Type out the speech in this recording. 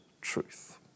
truth